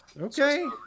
Okay